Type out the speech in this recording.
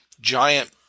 giant